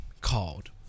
called